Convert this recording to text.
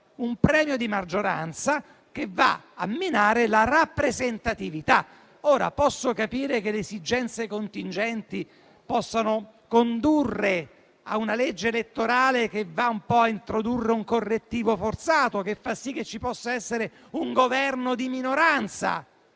un premio di maggioranza che va a minare la rappresentatività. Ora, posso capire che le esigenze contingenti conducano a una legge elettorale che introduce un correttivo forzato e fa sì che ci possa essere un Governo di minoranza.